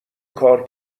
کار